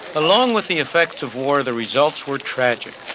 along with the effects of war, the results were tragic.